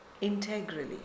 integrally